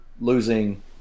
losing